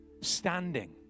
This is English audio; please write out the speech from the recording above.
standing